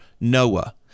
Noah